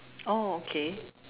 oh okay